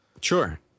Sure